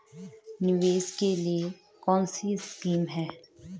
निवेश के लिए कौन कौनसी स्कीम हैं?